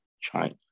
China